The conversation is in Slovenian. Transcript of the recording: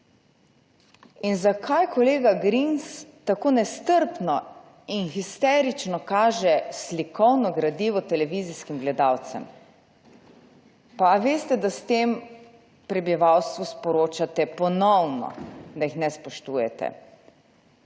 In zakaj kolega Grims tako nestrpno in histerično kaže slikovno gradivo televizijskim gledalcem? Pa veste, da s tem prebivalstvu sporočate ponovno, da jih ne spoštujete,